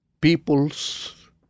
people's